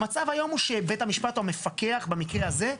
המצב היום הוא שבית המשפט או המפקח במקרה הזה,